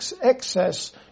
excess